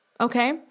Okay